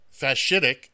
fascistic